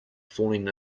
falling